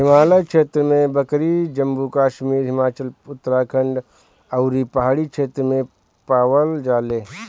हिमालय क्षेत्र में बकरी जम्मू कश्मीर, हिमाचल, उत्तराखंड अउरी पहाड़ी क्षेत्र में पावल जाले